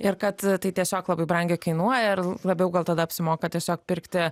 ir kad tai tiesiog labai brangiai kainuoja ir labiau gal tada apsimoka tiesiog pirkti